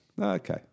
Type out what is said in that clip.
okay